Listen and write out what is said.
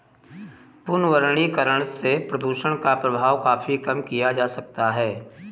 पुनर्वनीकरण से प्रदुषण का प्रभाव काफी कम किया जा सकता है